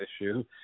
issue